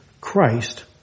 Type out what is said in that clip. Christ